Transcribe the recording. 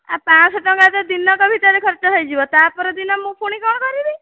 ପାଞ୍ଚଶହ ଟଙ୍କା ତ ଦିନକ ଭିତରେ ଖର୍ଚ୍ଚ ହୋଇଯିବ ତାପରଦିନ ମୁଁ ପୁଣି କ'ଣ କରିବି